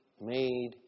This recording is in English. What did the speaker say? made